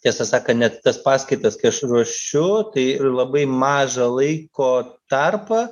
tiesą sakant net tas paskaitas kai aš ruošiu tai labai mažą laiko tarpą